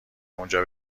اونجا